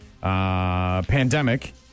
pandemic